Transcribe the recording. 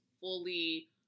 fully